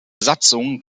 satzung